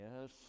Yes